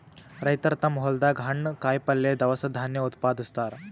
ರೈತರ್ ತಮ್ಮ್ ಹೊಲ್ದಾಗ ಹಣ್ಣ್, ಕಾಯಿಪಲ್ಯ, ದವಸ ಧಾನ್ಯ ಉತ್ಪಾದಸ್ತಾರ್